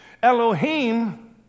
Elohim